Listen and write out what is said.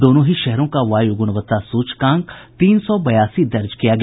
दोनों ही शहरों का वायु गुणवत्ता सूचकांक तीन सौ बयासी दर्ज किया गया